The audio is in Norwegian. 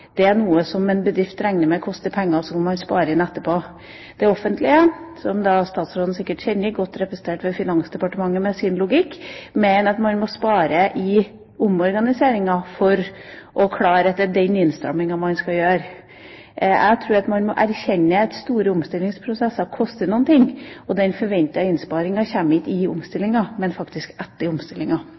noe som en bedrift regner med koster penger som de må spare inn etterpå. Det offentlige, som statsråden sikkert kjenner, godt representert ved Finansdepartementet med sin logikk, mener at man må spare i omorganiseringa for å klare å få til den innstramminga man skal gjøre. Jeg tror at man må erkjenne at store omstillingsprosesser koster noe, og de forventede innsparingene kommer ikke i omstillinga, men faktisk etter omstillinga.